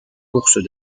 courses